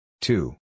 Two